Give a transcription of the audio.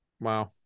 wow